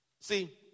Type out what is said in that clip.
See